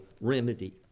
remedy